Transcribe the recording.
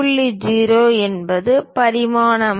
0 என்பது பரிமாண மதிப்பு